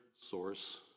source